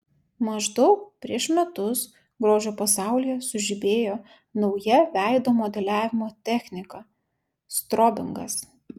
maždaug prieš metus grožio pasaulyje sužibėjo nauja veido modeliavimo technika strobingas